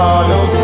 Follow